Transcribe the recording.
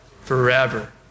Forever